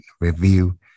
review